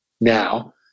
now